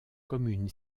commune